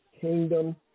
kingdom